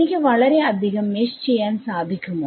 എനിക്ക് വളരെ അധികം മെഷ് ചെയ്യാൻ സാധിക്കുമോ